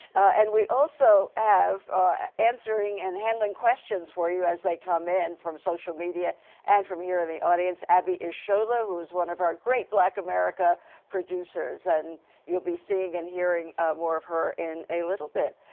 and we also have answering and handing questions for you as they come in from social media and from here in the audience abi ishola who is one of our great black america producers and you'll be seeing and hearing more of her in a little bit.